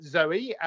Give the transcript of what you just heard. Zoe